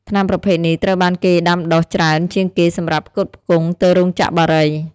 ថ្នាំប្រភេទនេះត្រូវបានគេដាំដុះច្រើនជាងគេសម្រាប់ផ្គត់ផ្គង់ទៅរោងចក្របារី។